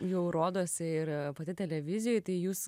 jau rodosi ir pati televizijoj tai jūs